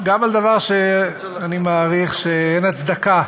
גם על דבר שאני מעריך ש, אין הצדקה